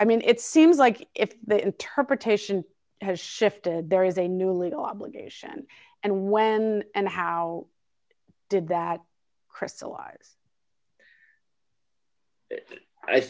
i mean it seems like if the interpretation has shifted there is a new legal obligation and when and how did that crystallize i